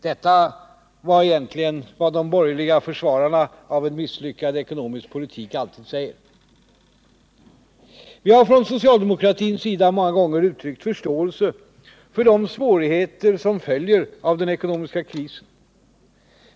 Detta var egentligen vad de borgerliga försvararna av en misslyckad ekonomisk politik alltid säger. Vi har från socialdemokratins sida många gånger uttryckt förståelse för de svårigheter som följer av den ekonomiska krisen.